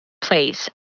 place